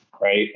right